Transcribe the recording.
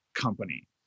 company